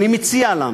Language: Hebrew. אני מציע לנו,